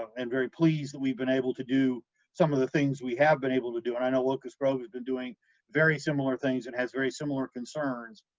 and very pleased that we've been able to do some of the things we have been able to do, and i know locust grove has been doing very similar things and has very similar concerns,